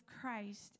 Christ